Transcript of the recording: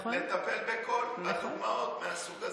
לטפל בכל הדוגמאות מהסוג הזה.